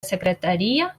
secretaria